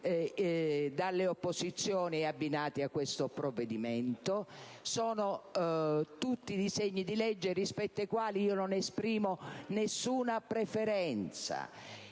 dalle opposizioni e abbinati a questo provvedimento: sono tutti disegni di legge rispetto ai quali io non esprimo nessuna preferenza.